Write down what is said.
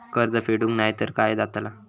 कर्ज फेडूक नाय तर काय जाताला?